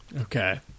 Okay